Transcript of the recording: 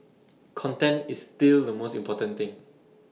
content is still the most important thing